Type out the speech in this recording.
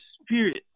Spirit